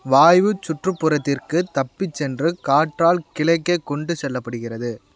வாயு சுற்றுப்புறத்திற்குத் தப்பிச் சென்று காற்றால் கிழக்கே கொண்டு செல்லப்படுகிறது